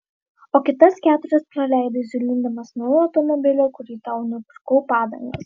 o kitas keturias praleidai zulindamas naujo automobilio kurį tau nupirkau padangas